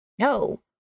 no